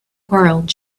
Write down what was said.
world